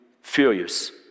furious